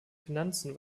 finanzen